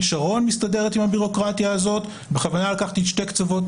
שרון" מסתדרת עם הביורוקרטיה הזאת בכוונה לקחתי שתי קצוות,